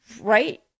right